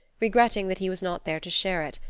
regretting that he was not there to share it,